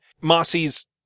Mossy's